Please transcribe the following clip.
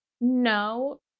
No